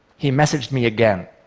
he messaged me again.